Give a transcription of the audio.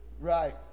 Right